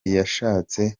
yashatse